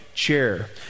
chair